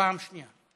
פעם שנייה.